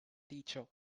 teacher